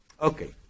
Okay